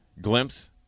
glimpse